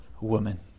woman